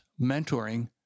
mentoring